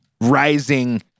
rising